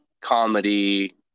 comedy